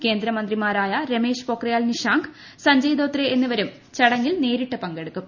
കേന്ദ്ര മന്ത്രിമാരായ രമേശ് പൊക്രിയൽ നിഷാങ്ക് സഞ്ജയ് ദോത്രെ എന്നിവരും ചടങ്ങിൽ നേരിട്ട് പങ്കെടുക്കും